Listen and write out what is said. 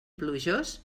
plujós